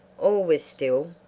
all was still.